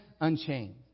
unchained